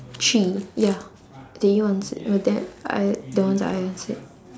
three ya that you answered no that I the ones I answered